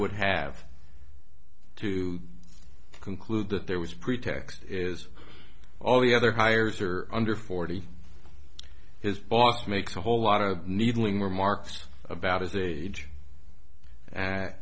would have to conclude that there was a pretext is all the other hires are under forty his boss makes a whole lot of needling remarks about as they age and